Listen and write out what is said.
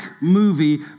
movie